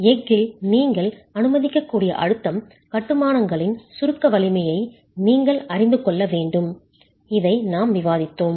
எஃகில் நீங்கள் அனுமதிக்கக்கூடிய அழுத்தம் கட்டுமானங்களின் சுருக்க வலிமையை நீங்கள் அறிந்து கொள்ள வேண்டும் இதை நாம் விவாதித்தோம்